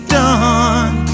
done